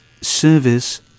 Service